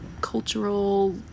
cultural